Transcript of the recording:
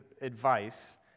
advice